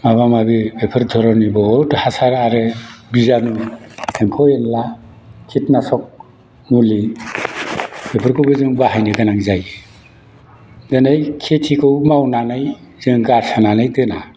माबा माबि बेफोर धरननि बहुत हासार आरो बिजानु एम्फौ एनला कितनासक मुलि बेफोरखौबो जों बाहायनो गोनां जायो दिनै खेतिखौ मावनानै जों गारसोनानै दोना